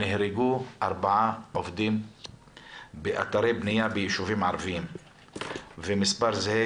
נהרגו 4 עובדים באתרי בנייה ביישובים ערביים ומספר זהה